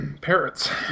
Parrots